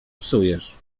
psujesz